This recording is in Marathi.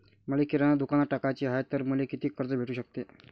मले किराणा दुकानात टाकाचे हाय तर मले कितीक कर्ज भेटू सकते?